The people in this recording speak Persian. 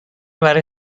برای